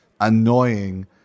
annoying